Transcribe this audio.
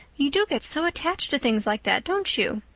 you do get so attached to things like that, don't you?